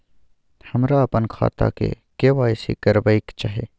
हमरा अपन खाता के के.वाई.सी करबैक छै